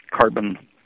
carbon